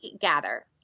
gather